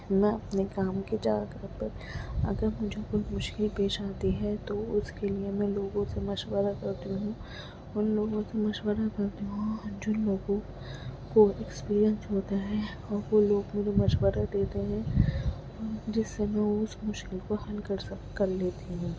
میں اپنے کام کی جا پر اگر مجھے کوئی مشکل پیش آتی ہے تو اس کے لیے میں لوگوں سے مشورہ کرتی ہوں ان لوگوں سے مشورہ کرتی ہوں جن لوگوں کو اکسپیرئنس ہوتا ہے اور وہ لوگ مجھے مشورہ دیتے ہیں جس سے میں اس مشکل کو حل کر سک کر لیتی ہوں